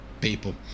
people